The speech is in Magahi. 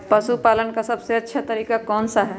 पशु पालन का सबसे अच्छा तरीका कौन सा हैँ?